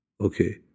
okay